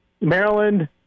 Maryland